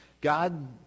God